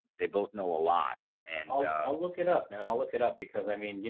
they both know a lot and i'll yeah look it up and i'll look it up because i mean, you